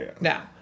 Now